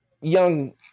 young